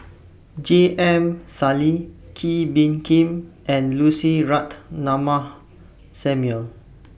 J M Sali Kee Bee Khim and Lucy Ratnammah Samuel